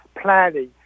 planning